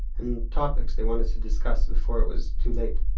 and topics they wanted to discuss before it was too late.